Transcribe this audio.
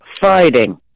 fighting